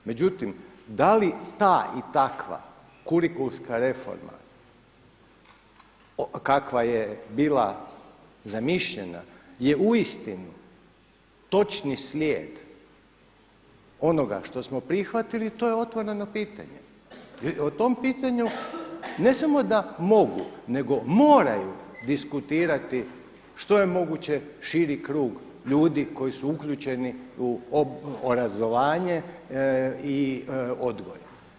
Međutim da li ta i takva kurikulska reforma, kakva je bila zamišljena je uistinu točni slijed onoga što smo prihvatili, to je otvoreno pitanje i o tom pitanju ne samo da mogu nego moraju diskutirati što je moguće širi krug ljudi koji su uključeni u obrazovanje i odgoj.